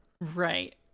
Right